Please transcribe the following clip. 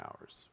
hours